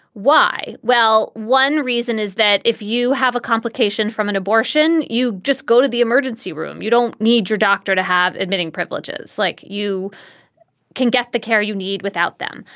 why? well, one reason is that if you have a complication from an abortion, abortion, you just go to the emergency room. you don't need your doctor to have admitting privileges like you can get the care you need without them.